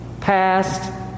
past